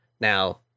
Now